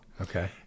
Okay